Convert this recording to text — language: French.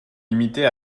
limitée